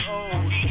old